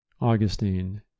Augustine